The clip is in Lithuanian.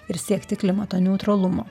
ir siekti klimato neutralumo